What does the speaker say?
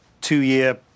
two-year